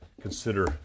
consider